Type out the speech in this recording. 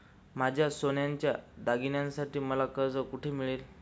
माझ्या सोन्याच्या दागिन्यांसाठी मला कर्ज कुठे मिळेल?